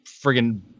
friggin